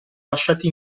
lasciati